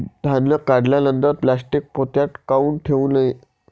धान्य काढल्यानंतर प्लॅस्टीक पोत्यात काऊन ठेवू नये?